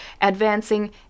advancing